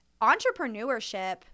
entrepreneurship